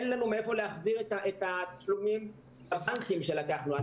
אין לנו מאיפה להחזיר את התשלומים שלקחנו מהבנקים.